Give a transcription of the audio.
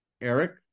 Eric